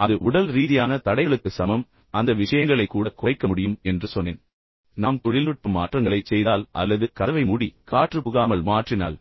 எனவே அது உடல் ரீதியான தடைகளுக்கு சமம் ஆனால் அந்த விஷயங்களை கூட குறைக்க முடியும் என்று நான் சொன்னேன் நாம் தொழில்நுட்ப மாற்றங்களைச் செய்தால் அல்லது கதவை மூடி பின்னர் அதை காற்று புகாமல் மாற்றினால்